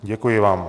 Děkuji vám.